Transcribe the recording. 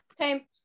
Okay